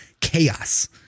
chaos